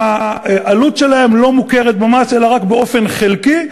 והעלות שלהם לא מוכרת במס אלא רק באופן חלקי,